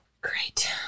Great